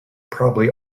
probably